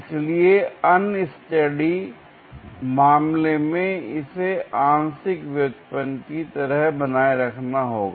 इसलिए अनस्टेडी मामले में इसे आंशिक व्युत्पन्न की तरह बनाए रखना होगा